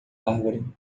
árvore